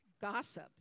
gossip